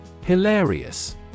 Hilarious